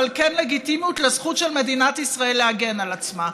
אבל כן לגיטימיות לזכות של מדינת ישראל להגן על עצמה.